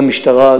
למשטרה,